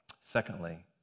Secondly